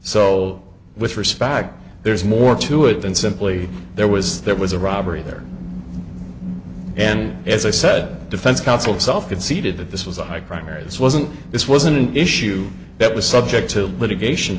so with respect there's more to it than simply there was there was a robbery there and as i said defense council itself conceded that this was a high crime area this wasn't this wasn't an issue that was subject to litigation